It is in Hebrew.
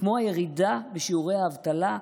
כמו הירידה בשיעורי האבטלה,